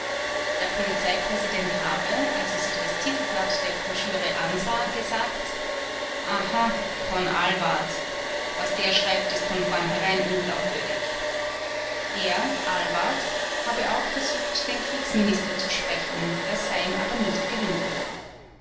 der polizeipräsident habe als er sich das titelblatt der broschüre ansah gesagt aha von ahlwardt was der schreibt ist von vornherein unglaubwürdig er ahlwardt habe auch versucht den kriegsminister zu sprechen das sei ihm aber nicht gelungen